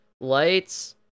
lights